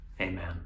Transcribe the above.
Amen